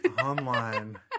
online